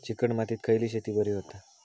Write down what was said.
Chicken मातीत खयली शेती बरी होता?